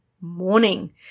morning